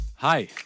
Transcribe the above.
Hi